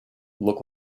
look